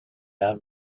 out